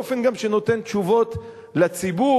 באופן שנותן גם תשובות לציבור,